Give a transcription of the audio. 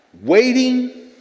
Waiting